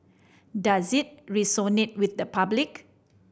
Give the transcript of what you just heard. does it resonate with the public